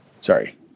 Sorry